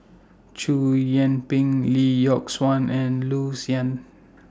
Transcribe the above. Chow Yian Ping Lee Yock Suan and Loo Zihan